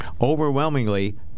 overwhelmingly